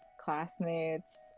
classmates